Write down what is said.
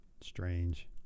Strange